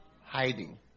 Hiding